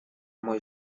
мой